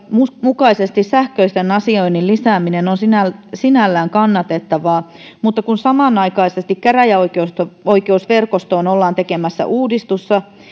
mukaisesti sähköisen asioinnin lisääminen on sinällään kannatettavaa mutta kun samanaikaisesti käräjäoikeusverkostoon ollaan tekemässä